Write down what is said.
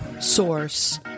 source